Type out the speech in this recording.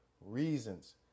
reasons